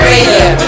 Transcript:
Radio